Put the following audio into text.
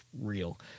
real